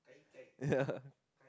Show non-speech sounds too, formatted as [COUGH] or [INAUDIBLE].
yeah [LAUGHS]